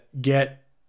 get